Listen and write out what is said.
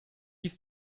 ist